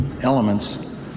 elements